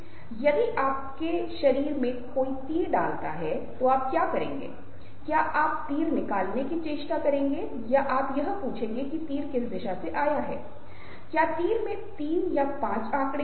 इसलिए यदि आप चेहरे की कुछ बुनियादी भावनाओं को देख रहे हैं तो खुशी उदासी क्रोध भय आश्चर्य घृणा और तिरस्कार हैं